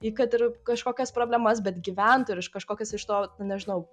į kad ir kažkokias problemas bet gyventų ir iš kažkokias iš to nu nežinau